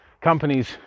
companies